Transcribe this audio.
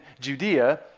Judea